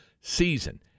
season